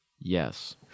Yes